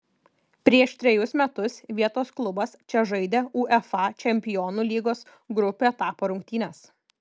prieš trejus metus vietos klubas čia žaidė uefa čempionų lygos grupių etapo rungtynes